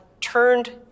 turned